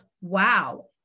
wow